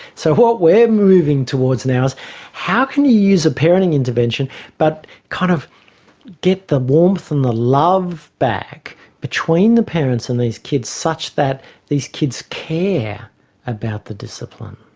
so what we're moving towards now is how can you use a parenting intervention but kind of get the warmth and the love back between the parents and these kids such that these kids care about the discipline?